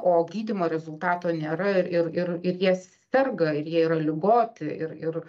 o gydymo rezultato nėra ir ir ir ir jie serga ir jie yra ligoti ir ir